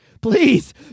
please